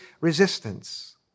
resistance